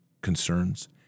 concerns